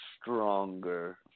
stronger